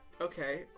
okay